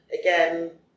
again